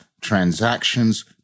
transactions